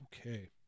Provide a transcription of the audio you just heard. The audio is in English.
okay